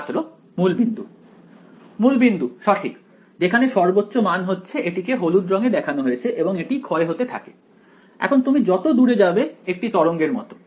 ছাত্র মূলবিন্দু মূলবিন্দু সঠিক যেখানে সর্বোচ্চ মান হচ্ছে এটিকে হলুদ রঙে দেখানো হয়েছে এবং এটি ক্ষয় হতে থাকে এখন তুমি যত দূরে যাবে একটি তরঙ্গের মত